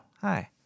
hi